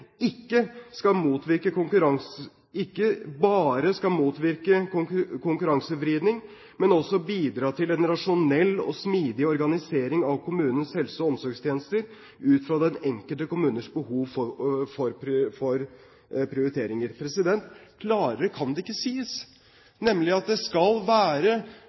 ikke bare skal motvirke konkurransevridning, men også bidra til en rasjonell og smidig organisering av kommunens helse- og omsorgstjenester ut fra den enkeltes kommunes behov for prioriteringer. Klarere kan det ikke sies at det skal være